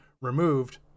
removed